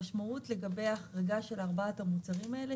המשמעות לגבי החרגה של ארבעת המוצרים האלה,